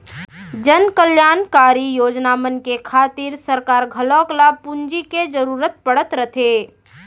जनकल्यानकारी योजना मन के खातिर सरकार घलौक ल पूंजी के जरूरत पड़त रथे